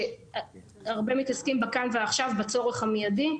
הרבה מתעסקים בכאן ועכשיו ובצורך המיידי,